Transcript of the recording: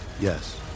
Yes